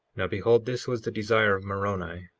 now behold, this was the desire of moroni.